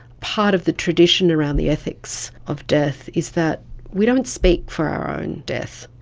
part of the tradition around the ethics of death is that we don't speak for our own death,